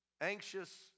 anxious